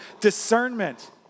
discernment